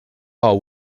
all